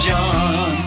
John